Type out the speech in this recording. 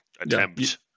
attempt